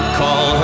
call